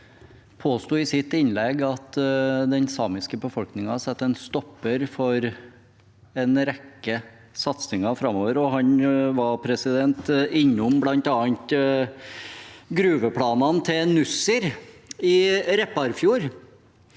påsto i sitt innlegg at den samiske befolkningen setter en stopper for en rekke satsinger framover. Han var innom bl.a. gruveplanene til Nussir i Repparfjorden,